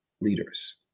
leaders